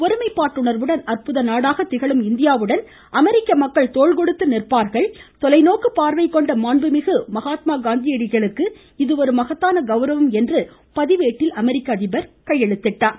ஒருமைப்பாட்டுணா்வுடன் அற்புத நாடாக திகழும் இந்தியாவுடன் அமெரிக்க மக்கள் தோள்கொடுத்து நிற்பார்கள் தொலைநோக்கு பார்வை கொண்ட மாண்புமிகு மகாத்மா காந்தியடிகளுக்கு இது ஒரு மகத்தான கௌரவம் என்று பதிவேட்டில் அமெரிக்க அதிபர் குறிப்பிட்டார்